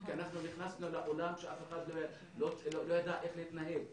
כי אנחנו נכנסנו לעולם שאף אחד לא ידע איך להתנהל,